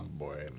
boy